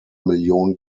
million